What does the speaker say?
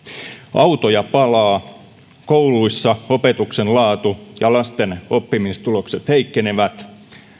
autoja palaa kouluissa opetuksen laatu ja lasten oppimistulokset heikkenevät